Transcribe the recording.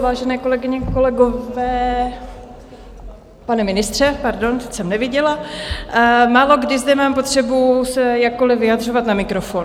Vážené kolegyně, kolegové, pane ministře pardon, teď jsem neviděla málokdy zde mám potřebu se jakkoli vyjadřovat na mikrofon.